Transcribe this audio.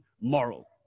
moral